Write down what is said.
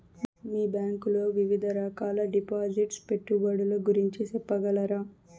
మీ bank లో వివిధ రకాల డిపాసిట్స్, పెట్టుబడుల గురించి సెప్పగలరా?